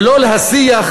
ולא להסיח